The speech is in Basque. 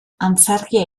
antzerkia